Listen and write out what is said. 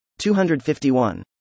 251